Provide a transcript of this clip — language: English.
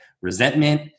resentment